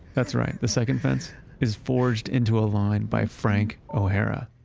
that's right. the second fence is forged into a line by frank o'hara,